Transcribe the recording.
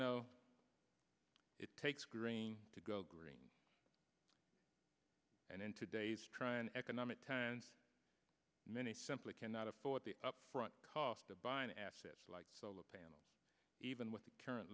know it takes green to go green and in today's tryon economic times many simply cannot afford the upfront cost to buy an asset like solar panels even with the current